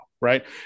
right